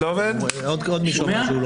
שרים,